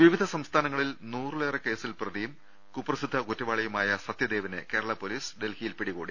വിവിധ സംസ്ഥാനങ്ങളിൽ നൂറിലേറെ കേസിൽ പ്രതിയും കുപ്രസിദ്ധ കുറ്റവാളിയുമായ സത്യദേവിനെ കേരള പൊലീസ് ഡൽഹിയിൽ പിടികൂടി